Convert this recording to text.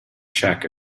check